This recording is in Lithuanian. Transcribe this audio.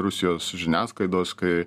rusijos žiniasklaidos kai